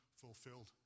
fulfilled